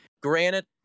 Granted